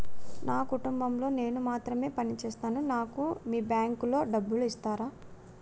నా కుటుంబం లో నేను మాత్రమే పని చేస్తాను నాకు మీ బ్యాంకు లో డబ్బులు ఇస్తరా?